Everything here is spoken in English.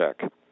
check